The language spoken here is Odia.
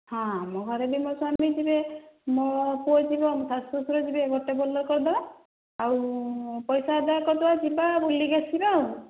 ହଁ ମୋ ଘରେ ବି ମୋ ସ୍ୱାମୀ ଯିବେ ମୋ ପୁଅ ଯିବ ମୋ ଶାଶୁ ଶଶୁର ଯିବେ ଗୋଟିଏ ବଲେରୋ କରିଦେବା ଆଉ ପଇସା ଆଦାୟ କରିଦେବା ଯିବା ଆଉ ବୁଲିକି ଆସିବା ଆଉ